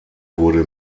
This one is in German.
wurde